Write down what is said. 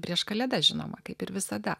prieš kalėdas žinoma kaip ir visada